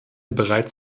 bereits